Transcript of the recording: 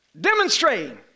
demonstrating